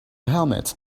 helmet